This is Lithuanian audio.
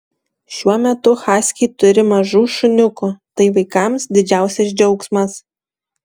šiuo metu haskiai turi mažų šuniukų tai vaikams didžiausias džiaugsmas